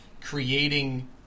creating